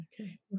okay